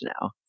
now